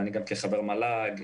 ואני כחבר מל"ג,